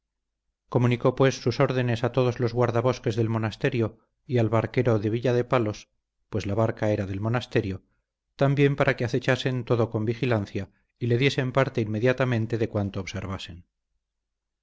comunicó pues sus órdenes a todos los guardabosques del monasterio y al barquero de villadepalos pues la barca era del monasterio también para que acechasen todo con vigilancia y le diesen parte inmediatamente de cuanto observasen